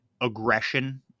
aggression